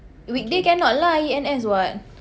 weekday cannot lah he N_S [what]